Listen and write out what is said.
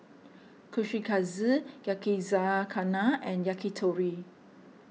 Kushikatsu Yakizakana and Yakitori